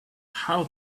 how